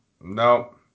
no